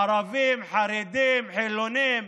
ערבים, חרדים, חילונים,